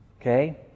okay